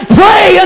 pray